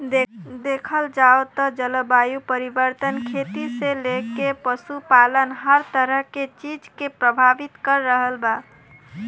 देखल जाव त जलवायु परिवर्तन खेती से लेके पशुपालन हर तरह के चीज के प्रभावित कर रहल बा